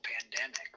pandemic